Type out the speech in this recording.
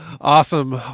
Awesome